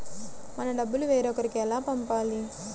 మన డబ్బులు వేరొకరికి ఎలా పంపాలి?